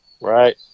Right